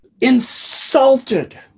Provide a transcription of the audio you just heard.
insulted